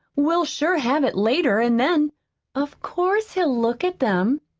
we'll sure have it later, an' then of course he'll look at them,